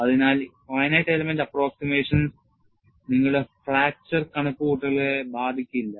അതിനാൽ finite element approximations നിങ്ങളുടെ fracture കണക്കുകൂട്ടലുകളെ ബാധിക്കില്ല